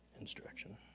instruction